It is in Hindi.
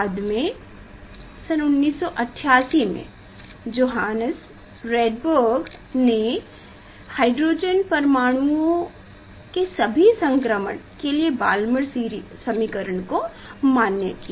बाद में 1988 में जोहान्स रडबर्ग ने हाइड्रोजन परमाणुओं के सभी संक्रमण के लिए बालमर समीकरण को मान्य किया